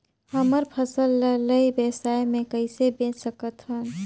हमर फसल ल ई व्यवसाय मे कइसे बेच सकत हन?